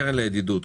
קרן לידידות.